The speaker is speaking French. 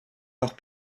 leurs